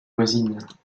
voisines